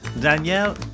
Danielle